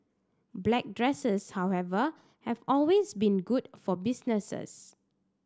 black dresses however have always been good for businesses